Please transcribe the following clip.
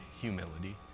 humility